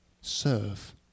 serve